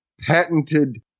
patented